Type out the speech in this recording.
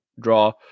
draw